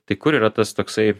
tai kur yra tas toksai